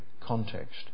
context